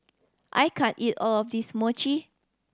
I can't eat all of this Mochi